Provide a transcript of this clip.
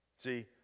See